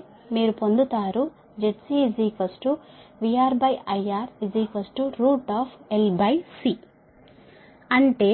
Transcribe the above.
కాబట్టి మీరు పొందుతారు ZCVRIRLCఅంటే